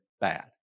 bad